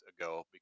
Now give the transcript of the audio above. ago